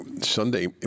Sunday